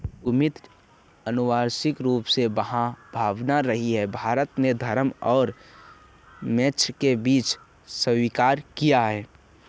उद्यमिता अनिवार्य रूप से वह भावना रही है, भारत ने धर्म और मोक्ष के बीच स्वीकार किया है